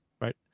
right